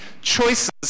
choices